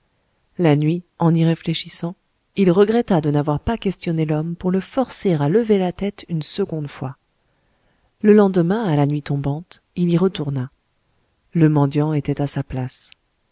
la nuit en y réfléchissant il regretta de n'avoir pas questionné l'homme pour le forcer à lever la tête une seconde fois le lendemain à la nuit tombante il y retourna le mendiant était à sa place